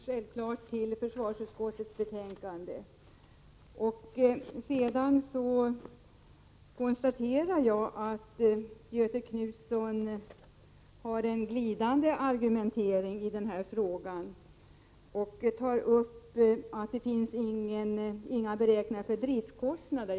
Fru talman! Jag vill först självfallet yrka bifall till hemställan i försvarsutskottets betänkande. Jag konstaterar att Göthe Knutson har en glidande argumentering i denna fråga. Han säger att det inte gjorts någon kalkyl för driftskostnaderna.